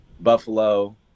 Buffalo